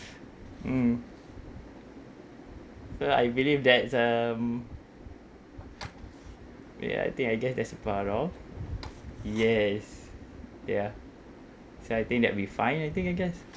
mm so I believe that um wait I think I guess that's a part of yes ya so I think that we find anything I guess